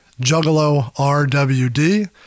JuggaloRWD